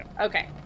Okay